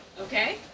Okay